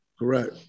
Correct